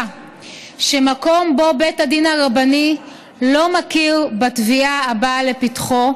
שמקום שבו בית הדין הרבני לא מכיר בתביעה הבאה לפתחו,